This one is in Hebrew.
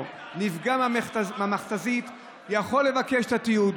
נפגע מהמכת"זית יוכל לבקש את התיעוד,